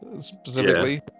specifically